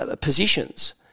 positions